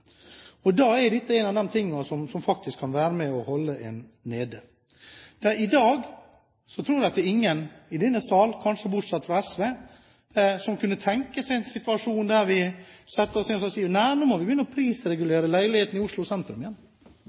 Og da er dette en av de tingene som faktisk kan være med på å holde en nede. I dag tror jeg ingen i denne sal, kanskje bortsett fra SV, kunne tenke seg en situasjon der vi satte oss ned og sa at nå må vi begynne å prisregulere leilighetene i Oslo sentrum igjen,